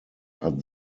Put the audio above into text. hat